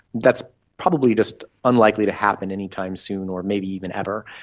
that's probably just unlikely to happen anytime soon or maybe even ever.